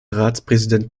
ratspräsident